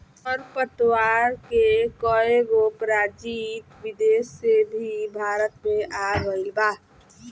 खर पतवार के कएगो प्रजाति विदेश से भी भारत मे आ गइल बा